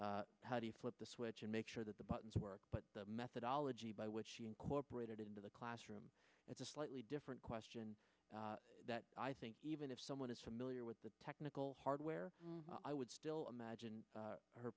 how do you flip the switch and make sure that the buttons work but the methodology by which she incorporated it into the classroom is a slightly different question that i think even if someone is familiar with the technical hardware i would still imagine